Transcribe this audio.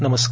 नमस्कार